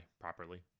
properly